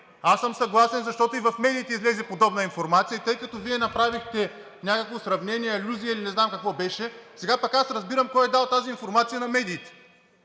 Аз съм съгласен, защото и в медиите излезе подобна информация, и тъй като Вие направихте някакво сравнение, алюзия или не знам какво беше, сега пък аз разбирам кой е дал тази информация на медиите.